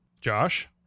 Josh